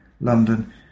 London